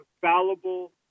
fallible